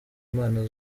impano